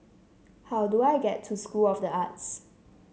how do I get to School of the Arts